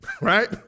Right